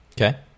Okay